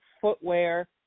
footwear